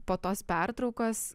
po tos pertraukos